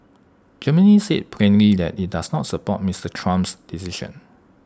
Germany said plainly that IT does not support Mister Trump's decision